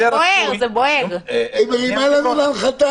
--- היא מרימה לנו להנחתה.